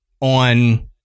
on